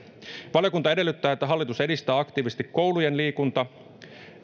valiokunta edellyttää että hallitus edistää aktiivisesti koulujen liikuntaseurojen